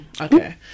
okay